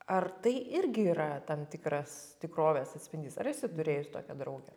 ar tai irgi yra tam tikras tikrovės atspindys ar esi turėjus tokią draugę